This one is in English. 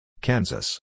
Kansas